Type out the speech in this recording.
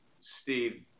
Steve